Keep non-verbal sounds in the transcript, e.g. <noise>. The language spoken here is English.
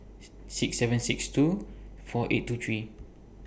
<noise> six seven six two four eight two three